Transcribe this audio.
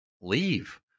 leave